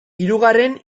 hirugarren